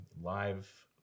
live